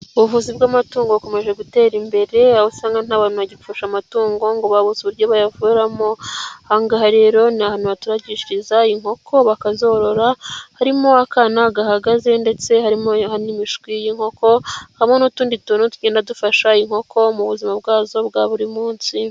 Ubuvuzi bw'amatungo bukomeje gutera imbere, aho usanga nta bantu bagipfusha amatungo ngo babuze uburyo bayavuramo, aha ngaha rero ni ahantu haturagishiriza inkoko bakazorora, harimo akana gahagaze ndetse harimo aha n'imishwi y'inkoko, hamwe n'utundi tuntu tugenda dufasha inkoko mu buzima bwazo bwa buri munsi.